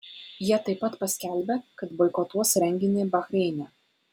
jie taip pat paskelbė kad boikotuos renginį bahreine